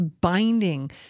binding